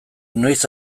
noiz